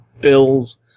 Bills